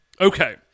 Okay